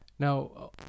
Now